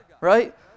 right